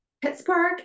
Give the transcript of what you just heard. Pittsburgh